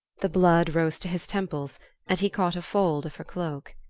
the blood rose to his temples and he caught a fold of her cloak.